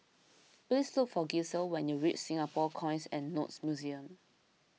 please look for Gisele when you reach Singapore Coins and Notes Museum